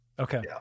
Okay